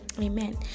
Amen